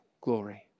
glory